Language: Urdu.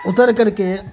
اتر کر کے